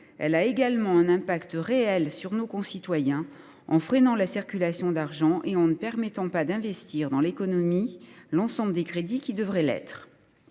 elle a également un impact réel sur nos concitoyens en freinant la circulation d’argent et en ne permettant pas que soient investis dans l’économie l’ensemble des crédits qui devraient l’être.